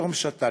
פתאום שתקת,